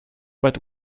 but